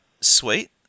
sweet